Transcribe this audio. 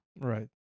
Right